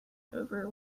over